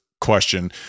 question